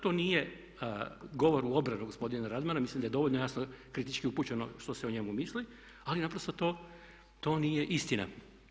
To nije govor u obranu gospodina Radmana, mislim da je dovoljno jasno kritički upućeno što se o njemu misli, ali naprosto to nije istina.